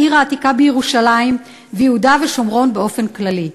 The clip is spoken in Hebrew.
העיר העתיקה בירושלים ויהודה ושומרון באופן כללי.